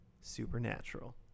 Supernatural